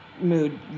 mood